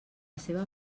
seva